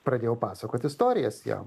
pradėjau pasakot istorijas jam